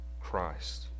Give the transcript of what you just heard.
Christ